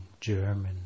German